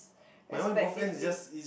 respectively